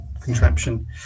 contraption